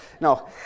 No